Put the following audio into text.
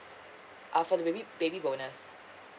uh for the baby baby bonus